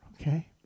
okay